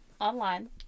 online